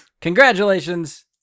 Congratulations